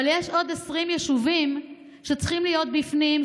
אבל יש עוד 20 יישובים שצריכים להיות בפנים,